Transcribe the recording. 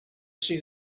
see